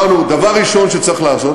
אמרנו: דבר ראשון שצריך לעשות,